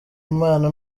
imana